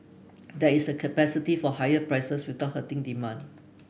there is a capacity for higher prices without hurting demand